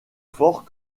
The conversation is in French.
fort